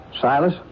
Silas